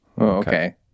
okay